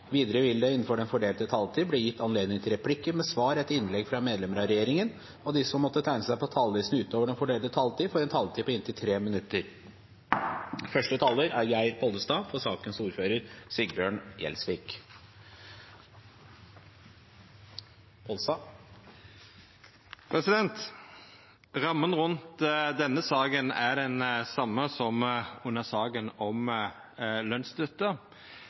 Videre vil det – innenfor den fordelte taletid – bli gitt anledning til replikker med svar etter innlegg fra medlemmer av regjeringen, og de som måtte tegne seg på talerlisten utover den fordelte taletid, får en taletid på inntil 3 minutter. Første taler er Geir Pollestad, for sakens ordfører, Sigbjørn Gjelsvik. Regjeringa og regjeringspartia er